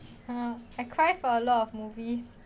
um I cry for a lot of movies